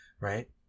Right